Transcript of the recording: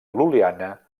lul·liana